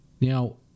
Now